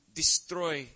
destroy